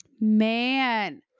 Man